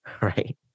right